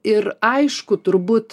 ir aišku turbūt